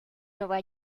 nueva